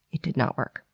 it did not work.